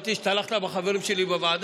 בבקשה.